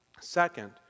second